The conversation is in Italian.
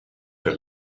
per